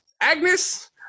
Agnes